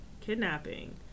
kidnapping